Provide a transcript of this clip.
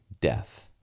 death